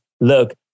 look